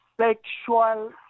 Sexual